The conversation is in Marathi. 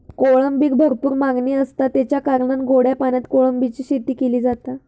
कोळंबीक भरपूर मागणी आसता, तेच्या कारणान गोड्या पाण्यात कोळंबीची शेती केली जाता